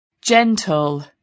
Gentle